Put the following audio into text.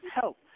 help